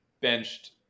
benched